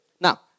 Now